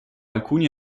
alcuni